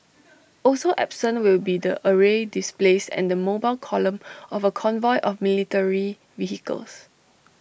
also absent will be the aerial displays and the mobile column of A convoy of military vehicles